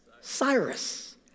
Cyrus